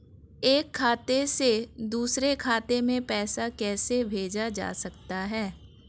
एक खाते से दूसरे खाते में पैसा कैसे भेजा जा सकता है?